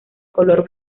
color